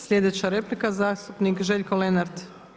Sljedeća replika zastupnik Željko Lenart.